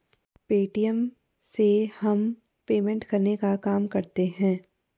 Paytm से हम payment करने का काम करते है